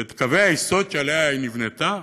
ואת קווי היסוד שעליהם היא נבנתה,